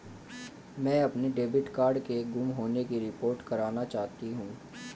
मैं अपने debit card के गुम होने की रिपोर्ट करना चाहती हूँ